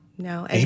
No